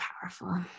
powerful